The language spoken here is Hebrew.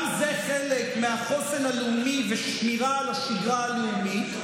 גם זה חלק מהחוסן הלאומי ושמירה על השגרה הלאומית,